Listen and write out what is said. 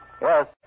Yes